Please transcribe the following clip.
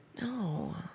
No